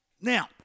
Now